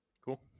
Cool